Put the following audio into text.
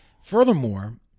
Furthermore